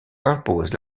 impose